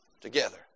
together